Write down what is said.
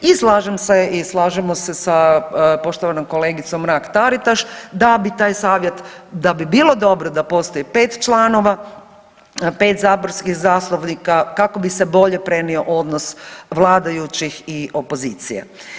I slažem se i slažemo se sa poštovanom kolegicom Mrak Taritaš da bi taj savjet da bi bilo dobro da postoji pet članova, pet saborskih zastupnika kako bi se bolje prenio odnos vladajućih i opozicije.